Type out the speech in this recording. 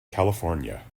california